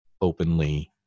openly